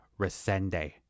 Resende